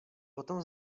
potom